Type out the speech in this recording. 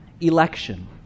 election